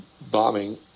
bombing